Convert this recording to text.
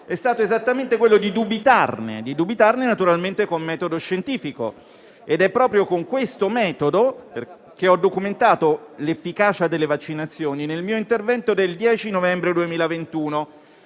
è stato esattamente quello di dubitarne, naturalmente con metodo scientifico. È proprio con questo metodo che ho documentato l'efficacia delle vaccinazioni nel mio intervento del 10 novembre 2021,